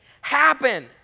happen